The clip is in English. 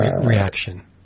reaction